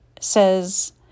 says